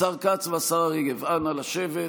השר כץ והשרה רגב, נא לשבת.